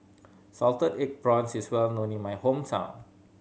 salted egg prawns is well known in my hometown